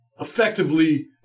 effectively